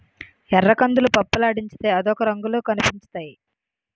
ఎర్రకందులు పప్పులాడించితే అదొక రంగులో కనిపించుతాయి